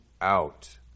out